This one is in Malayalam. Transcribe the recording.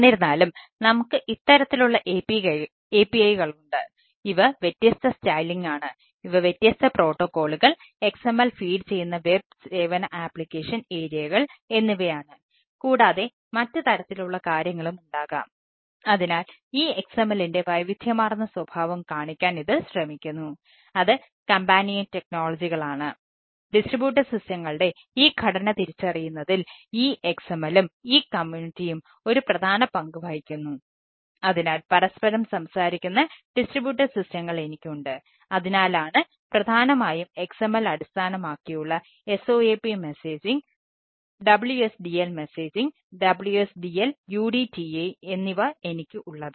എന്നിരുന്നാലും നമുക്ക് ഇത്തരത്തിലുള്ള API കളുണ്ട് ഇവ വ്യത്യസ്ത സ്റ്റൈലിംഗാണ് WSDL മെസേജിംഗ് WSDL UDTI എന്നിവ എനിക്ക് ഉള്ളത്